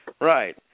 right